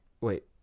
Wait